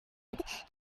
alpha